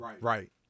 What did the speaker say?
Right